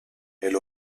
elle